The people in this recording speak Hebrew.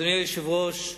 אדוני היושב-ראש,